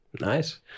nice